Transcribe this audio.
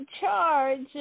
charge